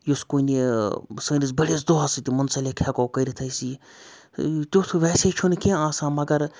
یُس کُنہِ سٲنِس بٔڑِس دۄہَس سۭتۍ مُنسَلِک ہٮ۪کو کٔرِتھ أسۍ یہِ تیُتھ ویسے چھُنہٕ کیٚنٛہہ آسان مگر